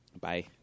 Bye